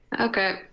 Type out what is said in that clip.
Okay